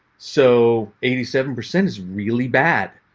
so eighty seven percent is really bad.